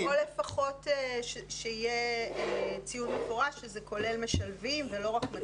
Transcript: או לפחות שיהיה ציון מפורש שזה כולל משלבים ולא רק מדריך.